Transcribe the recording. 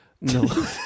No